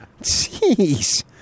Jeez